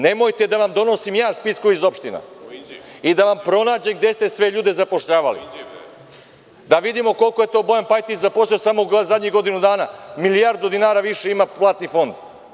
Nemojte da vam donosim ja spiskove iz opština i da vam pronađem gde ste sve ljude zapošljavali, da vidimo koliko je to Bojan Pajtić zaposlio samo za godinu dana, milijardu dinara više ima platni fond.